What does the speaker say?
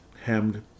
hemmed